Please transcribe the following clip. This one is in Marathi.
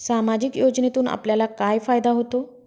सामाजिक योजनेतून आपल्याला काय फायदा होतो?